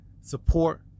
support